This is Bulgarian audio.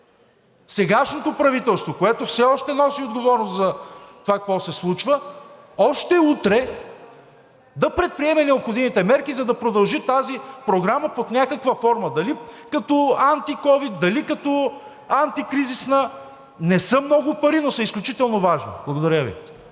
сегашното правителство, което все още носи отговорност за това какво се случва, още утре да предприеме необходимите мерки, за да продължи тази програма под някаква форма – дали като антиковид, дали като антикризисна. Не са много пари, но са изключително важни. Благодаря Ви.